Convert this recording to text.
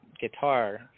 guitar